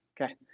Okay